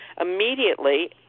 Immediately